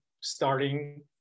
starting